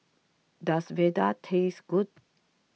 does Vadai taste good